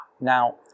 Now